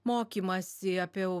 mokymąsi apie